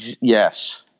Yes